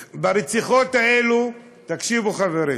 ברציחות האלה, תקשיבו, חברים,